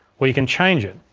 well, you can change it.